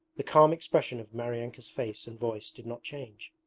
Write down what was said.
the calm expression of maryanka's face and voice did not change.